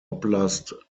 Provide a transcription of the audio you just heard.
oblast